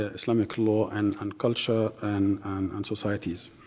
ah islamic law and and culture and and societies.